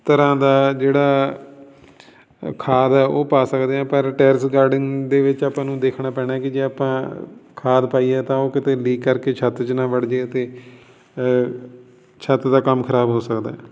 ਤਰ੍ਹਾਂ ਦਾ ਜਿਹੜਾ ਖਾਦ ਹੈ ਉਹ ਪਾ ਸਕਦੇ ਹਾਂ ਪਰ ਟੈਰਿਸ ਗਾਰਡਨਿੰਗ ਦੇ ਵਿੱਚ ਆਪਾਂ ਨੂੰ ਦੇਖਣਾ ਪੈਣਾ ਕਿ ਜੇ ਆਪਾਂ ਖਾਦ ਪਾਈਏ ਤਾਂ ਉਹ ਕਿਤੇ ਲੀਕ ਕਰਕੇ ਛੱਤ 'ਚ ਨਾ ਵੜ ਜਾਏ ਅਤੇ ਛੱਤ ਦਾ ਕੰਮ ਖਰਾਬ ਹੋ ਸਕਦਾ